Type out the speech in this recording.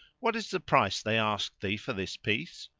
what is the price they asked thee for this piece?